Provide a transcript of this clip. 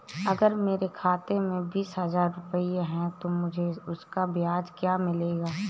अगर मेरे खाते में बीस हज़ार रुपये हैं तो मुझे उसका ब्याज क्या मिलेगा?